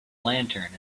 lantern